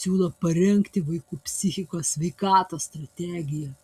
siūlo parengti vaikų psichikos sveikatos strategiją